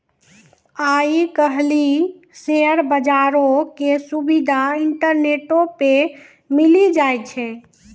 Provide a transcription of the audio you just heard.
आइ काल्हि शेयर बजारो के सुविधा इंटरनेटो पे मिली जाय छै